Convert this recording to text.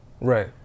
Right